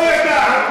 טעינו, לא ידענו.